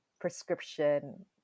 prescription